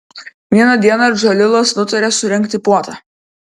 vieną dieną džalilas nutarė surengti puotą